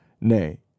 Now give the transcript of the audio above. Nay